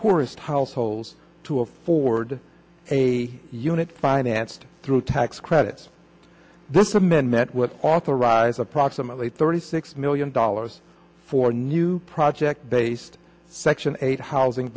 poorest households to afford a unit financed through tax credits this to men met with authorized approximately thirty six million dollars for new project based section eight housing